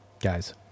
guys